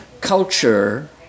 culture